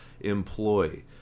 employ